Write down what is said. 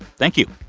thank you